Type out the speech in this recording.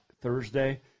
Thursday